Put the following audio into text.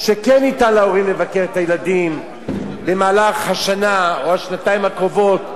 שכן ניתן להורים לבקר את הילדים במהלך השנה או השנתיים הקרובות.